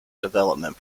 development